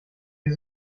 wie